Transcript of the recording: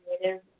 creative